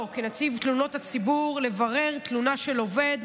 כנציב תלונות הציבור לברר תלונה של עובד,